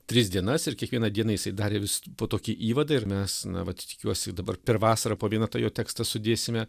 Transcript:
tris dienas ir kiekvieną dieną jisai darė vis po tokį įvadą ir mes na vat tikiuosi dabar per vasarą po vieną tą jo tekstą sudėsime